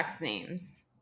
names